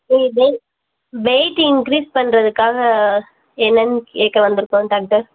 wait increase பண்ணுறதுக்காக என்னன்னு கேட்க வந்திருக்கோம் டாக்டர்